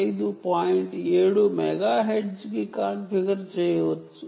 7 మెగాహెర్ట్జ్కి కాన్ఫిగర్ చేయబడింది